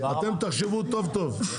אתם תחשבו טוב טוב.